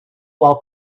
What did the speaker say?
while